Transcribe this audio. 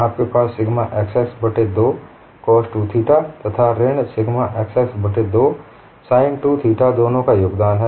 आपके पास sigma xx बट्टे 2 cos 2 थीटा तथा ऋण सिग्मा xx बट्टे 2 sin 2 थीटा दोनों का योगदान है